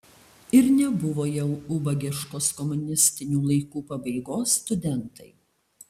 ir nebuvo jau ubagiškos komunistinių laikų pabaigos studentai